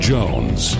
Jones